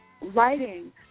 writing